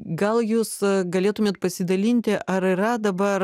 gal jūs galėtumėt pasidalinti ar yra dabar